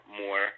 more